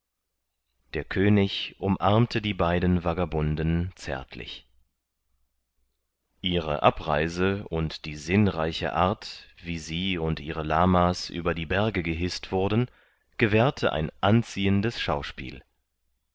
der könig umarmte die beiden vagabunden zärtlich ihre abreise und die sinnreiche art wie sie und ihre lama's über die berge gehißt wurden gewährte ein anziehendes schauspiel